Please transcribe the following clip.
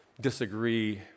disagree